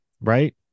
Right